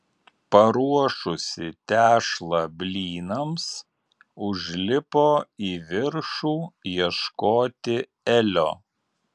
paruošusi tešlą blynams užlipo į viršų ieškoti elio